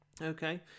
Okay